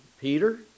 Peter